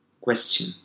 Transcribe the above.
question